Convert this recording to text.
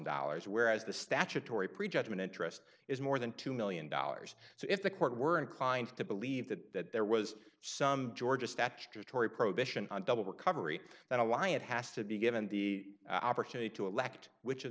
dollars whereas the statutory prejudgment interest is more than two million dollars so if the court were inclined to believe that there was some georgia statutory prohibition on double recovery that ally it has to be given the opportunity to elect which of